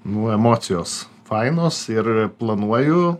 nu emocijos fainos ir planuoju